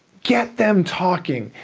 get them talking.